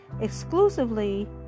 exclusively